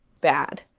bad